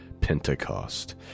Pentecost